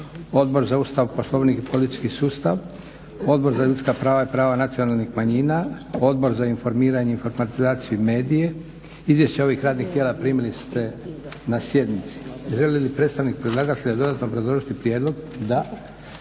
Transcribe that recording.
Odbor za Ustav, Poslovnik i politički sustav, Odbor za ljudska prava i prava nacionalnih manjina, Odbor za informiranje, informatizaciju i medije. Izvješća ovih radnih tijela primili ste na sjednici. Želi li predstavnik predlagatelja dodatno obrazložiti prijedlog? Da.